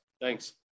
Thanks